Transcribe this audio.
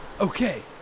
Okay